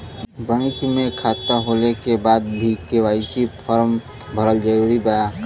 Bank में खाता होला के बाद भी के.वाइ.सी फार्म भरल जरूरी बा का?